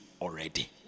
already